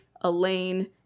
Elaine